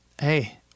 hey